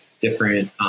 different